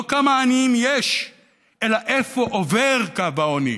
לא כמה עניים יש אלא איפה עובר קו העוני,